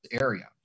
area